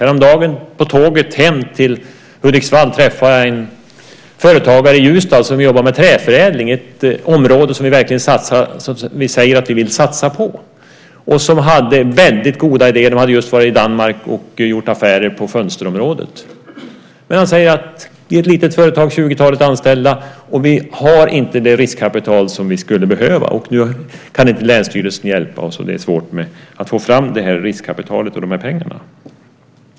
Häromdagen, på tåget hem till Hudiksvall, träffade jag en företagare från Ljusdal som jobbar med träförädling, ett område som vi säger att vi verkligen vill satsa på. Han hade väldigt goda idéer. De hade just varit i Danmark och gjort affärer på fönsterområdet. Men han sade att i ett litet företag, ett 20-tal anställda, har vi inte det riskkapital som vi skulle behöva. Nu kan inte länsstyrelsen hjälpa oss, så det är svårt att få fram de här pengarna.